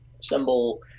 symbol